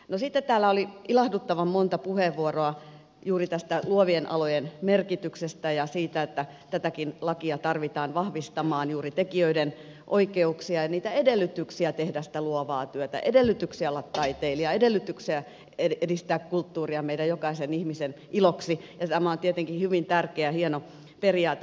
no sitten täällä oli ilahduttavan monta puheenvuoroa juuri tästä luovien alojen merkityksestä ja siitä että tätäkin lakia tarvitaan vahvistamaan juuri tekijöiden oikeuksia ja niitä edellytyksiä tehdä sitä luovaa työtä edellytyksiä olla taiteilija edellytyksiä edistää kulttuuria jokaisen ihmisen iloksi ja tämä on tietenkin hyvin tärkeä ja hieno periaate